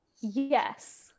yes